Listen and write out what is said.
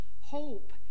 hope